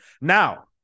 Now